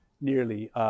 nearly